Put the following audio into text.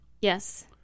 Yes